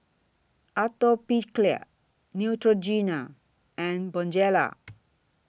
Atopiclair Neutrogena and Bonjela